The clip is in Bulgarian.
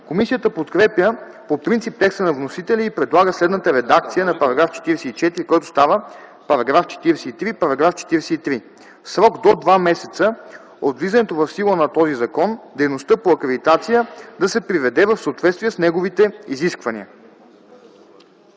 Комисията подкрепя по принцип текста на вносителя и предлага следната редакция на § 44, който става § 43: „§ 43. В срок до два месеца от влизането в сила на този закон дейността по акредитация да се приведе в съответствие с неговите изисквания”.